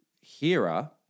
Hera